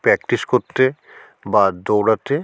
practice করতে বা দৌড়াতে